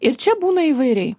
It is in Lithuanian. ir čia būna įvairiai